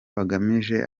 bagamije